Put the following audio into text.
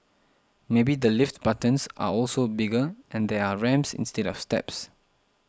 maybe the lift buttons are also bigger and there are ramps instead of steps